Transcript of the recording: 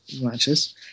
matches